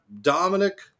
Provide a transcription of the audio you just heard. Dominic